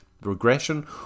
regression